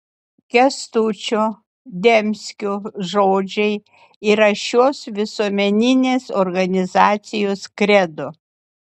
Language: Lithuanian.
kęstučio demskio žodžiai yra šios visuomeninės organizacijos kredo